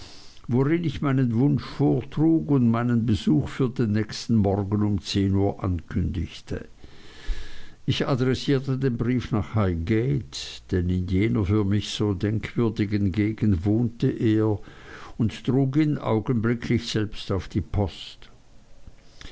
worin ich meinen wunsch vortrug und meinen besuch für den nächsten morgen um zehn uhr ankündigte ich adressierte den brief nach highgate denn in jener für mich so denkwürdigen gegend wohnte er und trug ihn augenblicklich selbst auf die post